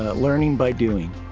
learning by doing.